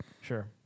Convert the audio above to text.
Sure